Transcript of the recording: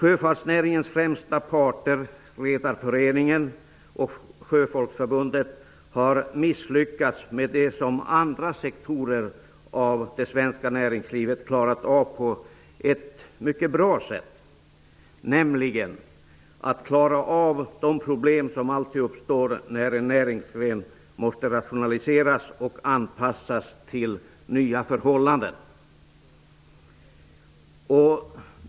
Redareföreningen och Sjöfolksförbundet, har misslyckats med det som andra sektorer av det svenska näringslivet klarat av på ett bra sätt, nämligen att lösa de problem som alltid uppstår när en näringsgren måste rationaliseras och anpassas till nya förhållanden.